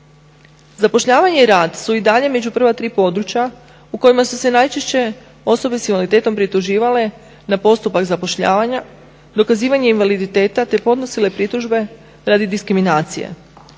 Zapošljavanje i rad su i dalje među prva tri područja u kojima su se najčešće osobe sa invaliditetom prituživale na postupak zapošljavanja, dokazivanjem invaliditeta, te podnosile pritužbe radi diskriminacije.